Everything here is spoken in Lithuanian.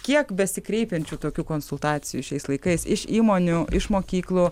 kiek besikreipiančių tokių konsultacijų šiais laikais iš įmonių iš mokyklų